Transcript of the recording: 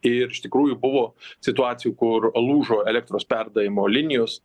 ir iš tikrųjų buvo situacijų kur lūžo elektros perdavimo linijos